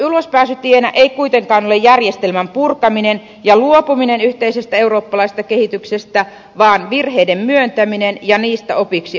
ulospääsytienä ei kuitenkaan ole järjestelmän purkaminen ja luopuminen yhteisestä eurooppalaisesta kehityksestä vaan virheiden myöntäminen ja niistä opiksi ottaminen